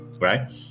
right